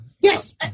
yes